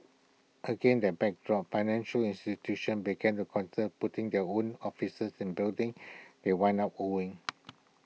against that backdrop financial institutions began to consider putting their own offices in buildings they wound up owning